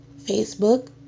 Facebook